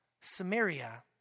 Samaria